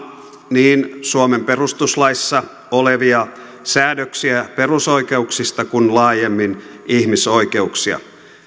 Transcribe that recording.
niin suomen perustuslaissa olevia säädöksiä perusoikeuksista kuin laajemmin ihmisoikeuksia